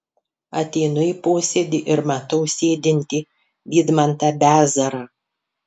ateinu į posėdį ir matau sėdintį vidmantą bezarą